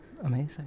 amazing